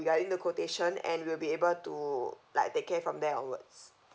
regarding the quotation and we'll be able to like take care from there onwards